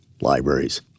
libraries